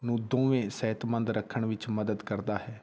ਨੂੰ ਦੋਵੇਂ ਸਿਹਤਮੰਦ ਰੱਖਣ ਵਿੱਚ ਮਦਦ ਕਰਦਾ ਹੈ